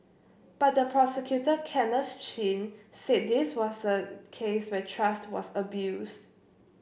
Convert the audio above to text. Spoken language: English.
but the prosecutor Kenneth Chin said this was a case where trust was abused